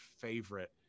favorite